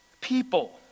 people